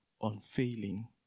unfailing